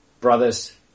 brothers